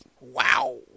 Wow